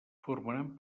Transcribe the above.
formaran